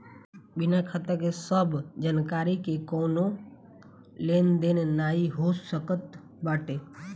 बिना खाता के सब जानकरी के कवनो लेन देन नाइ हो सकत बाटे